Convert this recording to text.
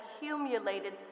accumulated